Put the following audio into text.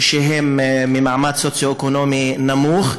שהם ממעמד סוציו-אקונומי נמוך,